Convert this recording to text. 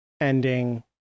ending